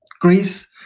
Greece